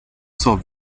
zur